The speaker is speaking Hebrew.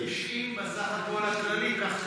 90 בסך הכול הכללי, כך כתוב.